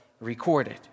recorded